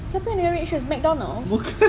siapa yang dengan red shoes McDonald's